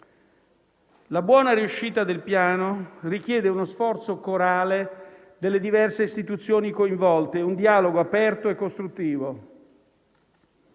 La buona riuscita del Piano richiede uno sforzo corale delle diverse Istituzioni coinvolte e un dialogo aperto e costruttivo.